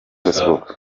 facebook